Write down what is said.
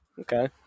okay